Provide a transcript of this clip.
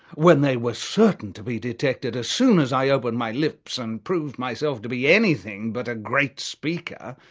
when they were certain to be detected as soon as i opened my lips and proved myself to be anything but a great speaker,